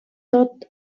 tot